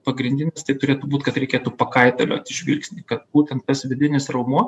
pagrindinis tai turėtų būt kad reikėtų pakaitalioti žvilgsnį kad būtent tas vidinis raumuo